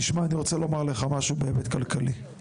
תשמע, אני רוצה לומר לך משהו בהיבט כלכלי.